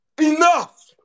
Enough